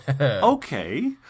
okay